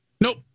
Nope